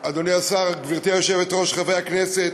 אדוני השר, גברתי היושבת-ראש, חברי הכנסת,